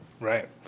right